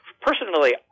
personally